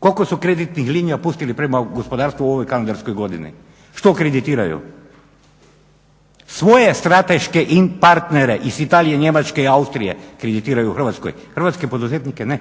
koliko su kreditnih linija pustili prema gospodarstvu u ovoj kalendarskoj godini, što kreditiraju. Svoje strateške partnere iz Italije, Njemačke i Austrije kreditiraju u Hrvatskoj, hrvatske poduzetnike ne.